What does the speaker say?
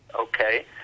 okay